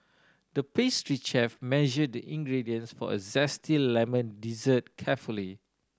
the pastry chef measured the ingredients for a zesty lemon dessert carefully